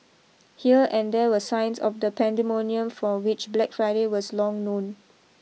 here and there were signs of the pandemonium for which Black Friday was long known